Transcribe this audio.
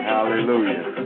Hallelujah